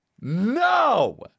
No